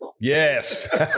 Yes